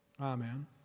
Amen